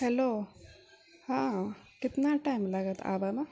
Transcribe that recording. hello हँ कितना time लागत आबैमे